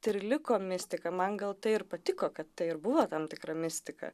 tai ir liko mistika man gal tai ir patiko kad tai ir buvo tam tikra mistika